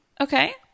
Okay